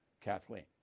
Kathleen